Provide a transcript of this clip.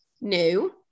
new